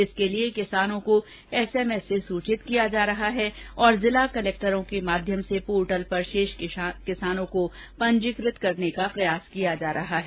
इसके लिए किसानों को एस एम एस से सूचित किया जा रहा है तथा जिला कलेक्टरों के माध्यम से पोर्टल पर शेष किसानों को पंजीकृत किए जाने के प्रयास किए जा रहे हैं